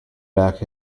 back